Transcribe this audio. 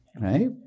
right